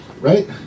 Right